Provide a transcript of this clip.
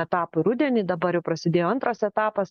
etapui rudenį dabar jau prasidėjo antras etapas